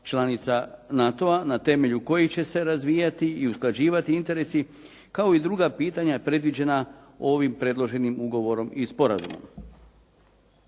članica NATO-a na temelju kojih će se razvijati i usklađivati interesi, kao i druga pitanja predviđena ovim predloženim ugovorom i sporazumom.